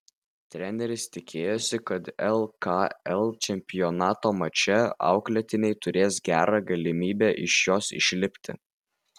treneris tikėjosi kad lkl čempionato mače auklėtiniai turės gerą galimybę iš jos išlipti